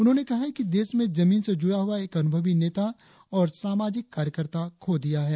उन्होंने कहा है कि देश में जमीन से जुड़ा हुआ एक अनुभवी नेता और सामाजिक कार्यकर्ता को खो दिया है